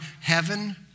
heaven